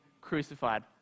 crucified